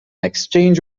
exchange